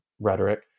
rhetoric